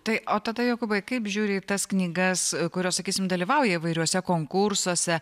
tai o tada jokūbai kaip žiūri į tas knygas kurios sakysim dalyvauja įvairiuose konkursuose